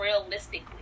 realistically